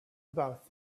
about